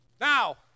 Now